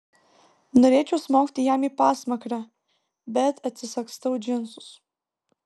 norėčiau smogti jam į pasmakrę bet atsisagstau džinsus